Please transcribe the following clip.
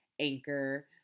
anchor